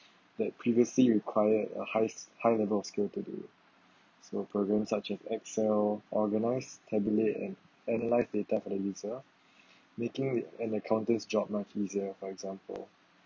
that previously required a high high level of skill to do so programs such as excel organize tabulate and analyze data for the user making an accountant's job much easier for example